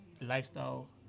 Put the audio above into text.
lifestyle